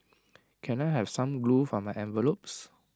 can I have some glue for my envelopes